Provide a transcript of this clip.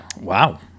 Wow